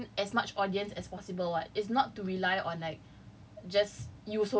the main point is to gain as much audience as possible [what] it's not to rely on like